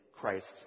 Christ's